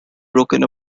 broken